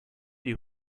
die